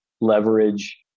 leverage